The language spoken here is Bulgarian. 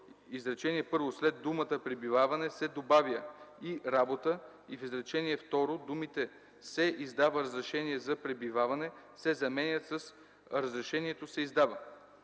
изречение първо след думата „пребиваване” се добавя „и работа” и в изречение второ думите „се издава разрешение за пребиваване” се заменят с „разрешението се издава”.